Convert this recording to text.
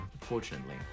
Unfortunately